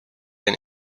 and